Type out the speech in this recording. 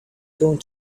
going